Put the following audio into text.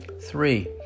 Three